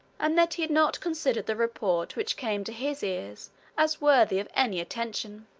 and that he had not considered the report which came to his ears as worthy of any attention.